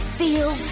feel